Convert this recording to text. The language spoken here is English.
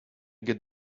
get